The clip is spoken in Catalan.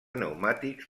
pneumàtics